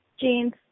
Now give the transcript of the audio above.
Jeans